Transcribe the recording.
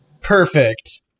Perfect